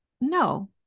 no